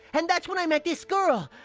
and that's when i met this girl.